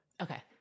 okay